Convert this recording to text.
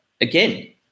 again